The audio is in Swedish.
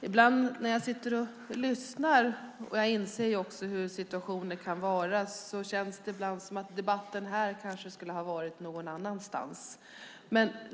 Herr talman! Jag inser ju hur det kan vara, men när jag lyssnar känns det ibland som om debatten kanske skulle ha förts någon annanstans.